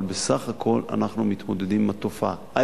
אבל בסך הכול אנחנו מתמודדים עם התופעה.